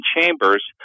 chambers